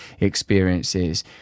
experiences